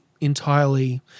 entirely